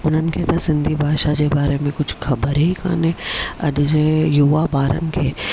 हुननि खे त सिंधी भाषा जे बारे में कुझु ख़बरु ई कान्हे अॼु जे युवा ॿारनि खे